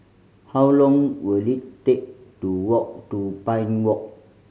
how long will it take to walk to Pine Walk